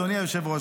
אדוני היושב-ראש,